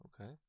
Okay